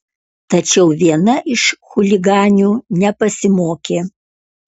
tačiau viena iš chuliganių nepasimokė